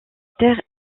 terre